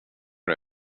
har